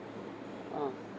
mm